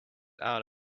out